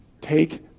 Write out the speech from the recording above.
Take